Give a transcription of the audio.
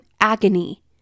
agony